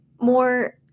more